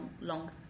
long